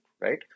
right